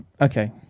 Okay